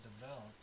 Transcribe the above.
developed